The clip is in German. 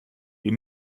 die